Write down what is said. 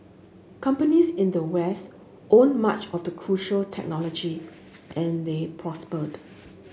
companies in the West owned much of the crucial technology and they prospered